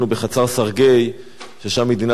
ששם מדינת ישראל התקפלה כמו,